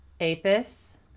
Apis